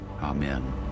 amen